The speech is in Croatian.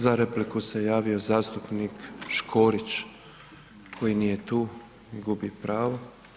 Za repliku se javio zastupnik Škorić, koji nije tu i gubi pravo.